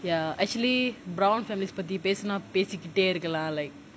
ya actually brown families பத்தி பேசுனா பேசிட்டே இருக்கலாம்:pathi pesunaa pesitae irukalaam like